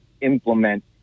implement